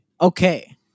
Okay